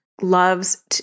loves